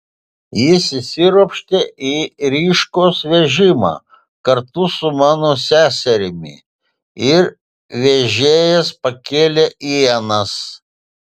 jis įsiropštė į rikšos vežimą kartu su mano seserimi ir vežėjas pakėlė ienas